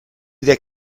that